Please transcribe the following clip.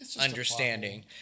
understanding